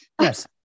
Yes